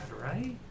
right